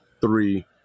three